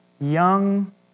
young